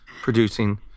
producing